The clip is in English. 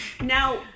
Now